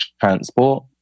transport